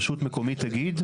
הרשות המקומית תגיד,